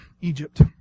Egypt